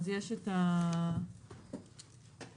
אבל מה קורה